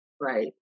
right